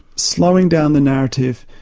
slowing down the narrative,